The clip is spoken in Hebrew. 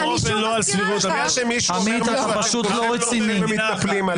אני יודע שמישהו אומר משהו, כולכם מתנפלים עליו.